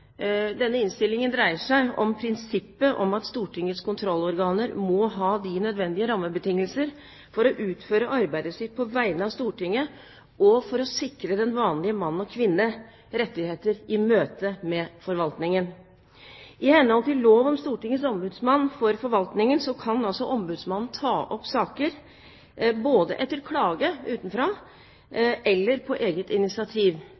Denne innstillingen dreier seg om prinsippet om at Stortingets kontrollorganer må ha de nødvendige rammebetingelser for å utføre arbeidet sitt på vegne av Stortinget, og for å sikre den vanlige mann og kvinne rettigheter i møte med forvaltningen. I henhold til lov om Stortingets ombudsmann for forvaltningen kan ombudsmannen ta opp saker både etter klage utenfra og på eget initiativ.